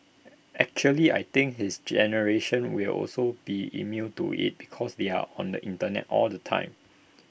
actually I think his generation will also be immune to IT because they're on the Internet all the time